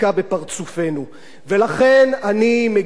ולכן אני מגיש את הצעת החוק הזאת,